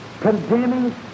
condemning